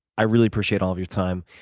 really appreciate all of your time.